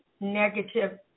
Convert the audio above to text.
negative